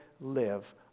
live